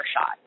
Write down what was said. shot